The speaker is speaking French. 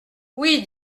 oui